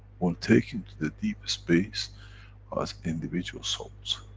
will take into the deep space as individual souls.